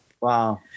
Wow